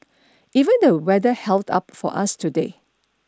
even the weather held up for us today